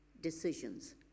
decisions